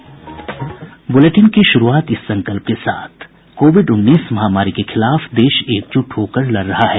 bulletin की शुरूआत से पहले ये संकल्प कोविड उन्नीस महामारी के खिलाफ देश एकजुट होकर लड़ रहा है